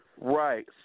Right